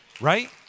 right